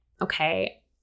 okay